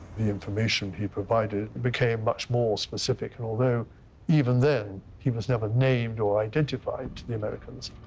the information he provided became much more specific and although even then he was never named or identified to the americans,